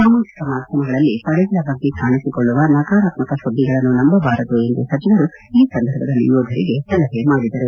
ಸಾಮಾಜಿಕ ಮಾಧ್ಯಮಗಳಲ್ಲಿ ಪಡೆಗಳ ಬಗ್ಗೆ ಕಾಣಿಸಿಕೊಳ್ಳುವ ನಕರಾತ್ಮಕ ಸುದ್ವಿಗಳನ್ನು ನಂಬಬಾರದು ಎಂದು ಸಚಿವರು ಈ ಸಂದರ್ಭದಲ್ಲಿ ಅವರು ಯೋಧರಿಗೆ ಸಲಹೆ ಮಾಡಿದರು